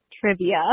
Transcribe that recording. trivia